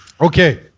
Okay